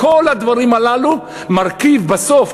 כל הדברים הללו מרכיבים בסוף,